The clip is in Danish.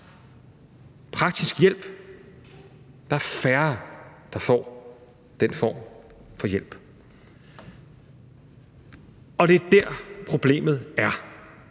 praktisk hjælp. Der er færre, der får den form for hjælp. Kl. 11:59 Det er dér, problemet er,